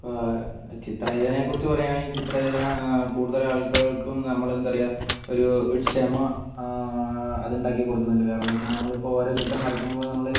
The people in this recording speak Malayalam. ഇപ്പം ചിത്രരചനയെ കുറിച്ച് പറയുവാണെങ്കിൽ ചിത്രരചന കൂടുതൽ ആൾക്കാർക്കും നമ്മളെന്താ പറയാ ഒരു ക്ഷമ അതുണ്ടാക്കി കൊടുക്കുന്നുണ്ട് കാരണമെന്താന്ന് വെച്ചുകഴിഞ്ഞാൽ നമ്മളിപ്പോൾ ഓരോ ചിത്രം വരക്കുമ്പോൾ നമ്മൾ